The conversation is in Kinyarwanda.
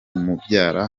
umubyara